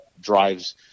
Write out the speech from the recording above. drives